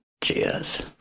Cheers